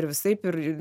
ir visaip ir